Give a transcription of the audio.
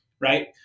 right